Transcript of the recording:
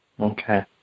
okay